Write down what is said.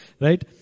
right